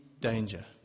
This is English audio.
danger